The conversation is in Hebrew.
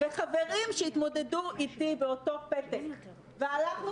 חברים שהתמודדו איתי באותו פתק והלכנו